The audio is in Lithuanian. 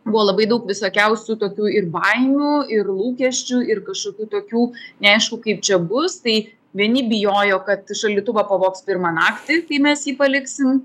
buvo labai daug visokiausių tokių ir baimių ir lūkesčių ir kažkokių tokių neaišku kaip čia bus tai vieni bijojo kad šaldytuvą pavogs pirmą naktį kai mes jį paliksim